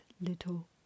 little